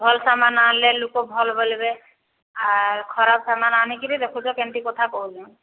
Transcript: ଭଲ ସାମାନ ଆଣିଲେ ଲୁକ ଭଲ ବୋଲିବେ ଆଉ ଖରାପ ସାମାନ ଆଣିକିରି ଦେଖୁଛ କେମିତି କଥା କହୁଛନ